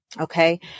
Okay